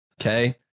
Okay